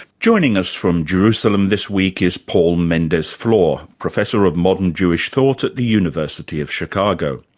joining us from jerusalem this week is paul mendes-flohr, professor of modern jewish thought at the university of chicago.